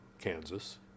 Kansas